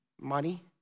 money